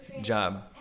job